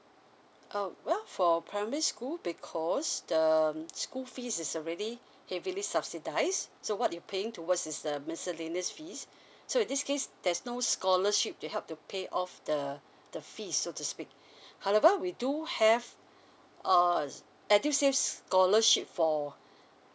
oh well for primary school because the um school fees is already heavily subsidised so what you paying towards is the miscellaneous fees so this case there's no scholarship to help to pay off the the fees so to speak however we do have err edu saves scholarship for